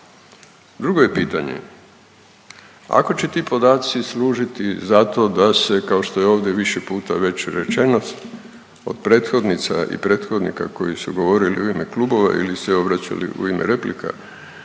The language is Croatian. Drugo je pitanje, ako će ti podaci služiti za to da se, kao što je ovdje više puta već rečeno, od prethodnica i prethodnika koji su govorili u ime klubova ili se obraćali u ime replika,